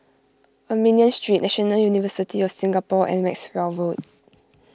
Armenian Street National University of Singapore and Maxwell Road